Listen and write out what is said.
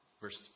verse